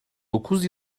dokuz